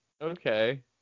Okay